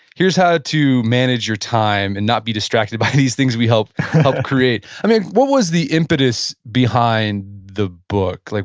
here's how to manage your time and not be distracted by these things we helped helped create. i mean, what was the impetus behind the book? like